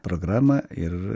programa ir